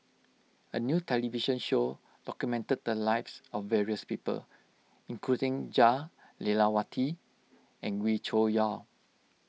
a new television show documented the lives of various people including Jah Lelawati and Wee Cho Yaw